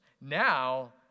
Now